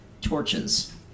torches